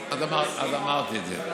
אז אמרתי את זה.